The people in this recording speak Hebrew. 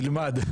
תלמד.